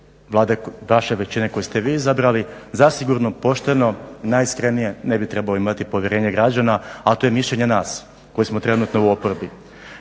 Vlade vaše većine koju ste vi izabrali zasigurno pošteno, najiskrenije ne bi trebao imati povjerenje građana ali to je mišljenje nas koji smo trenutno u oporbi.